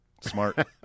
Smart